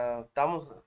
estamos